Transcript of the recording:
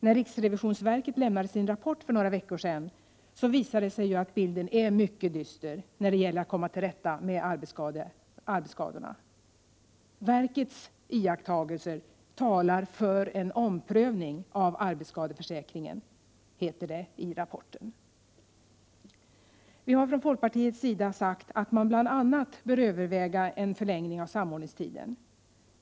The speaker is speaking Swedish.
När riksrevisionsverket lämnade sin rapport för några veckor sedan visade det sig att bilden är mycket dyster när det gäller att komma till rätta med arbetsskadorna. Verkets iakttagelser talar för en omprövning av arbetsskadeförsäkringen, heter det i rapporten. Vi i folkpartiet har sagt att man bl.a. bör överväga en förlängning av samordningstiden.